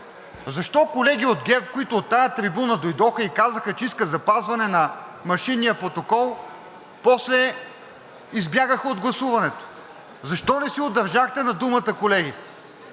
Защо колеги от ГЕРБ, които от тази трибуна дойдоха и казаха, че искат запазване на машинния протокол, после избягаха от гласуването. Защо не си удържахте на думата, колеги?